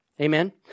amen